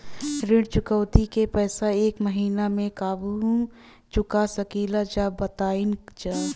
ऋण चुकौती के पैसा एक महिना मे कबहू चुका सकीला जा बताईन जा?